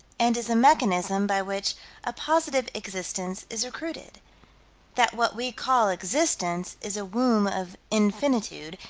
and is a mechanism by which a positive existence is recruited that what we call existence is a womb of infinitude,